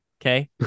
Okay